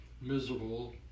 miserable